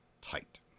Tight